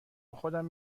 خودم